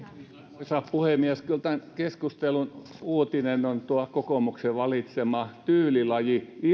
arvoisa puhemies kyllä tämän keskustelun uutinen on tuo kokoomuksen valitsema tyylilaji